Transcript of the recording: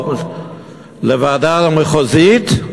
לוועדה מחוזית,